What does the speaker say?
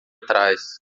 trás